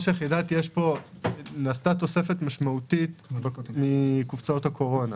נעשתה תוספת משמעותית מקופסרות הקורונה.